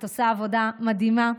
את עושה עבודה מדהימה.